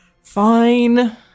Fine